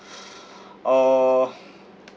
uh